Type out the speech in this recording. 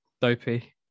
Dopey